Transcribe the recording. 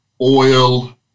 oil